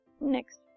Next